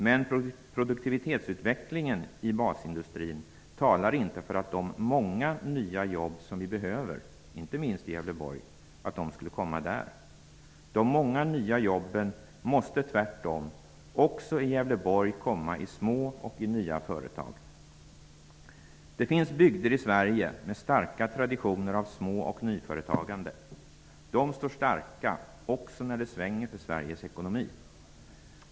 Men produktivitetsutvecklingen i basindustrin talar inte för att de många nya jobb som vi behöver, inte minst i Gävleborg, skulle skapas där. De många nya jobben måste tvärtom också i Gävleborg skapas i små och i nya företag. Det finns bygder i Sverige med starka traditioner av små och nyföretagande. De står starka också när det svänger i Sveriges ekonomi.